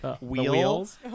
wheels